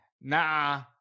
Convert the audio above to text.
Nah